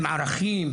עם ערכים